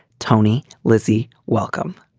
tony, lizzie, welcome.